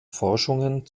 forschungen